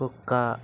కుక్క